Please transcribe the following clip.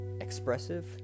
expressive